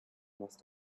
must